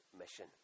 mission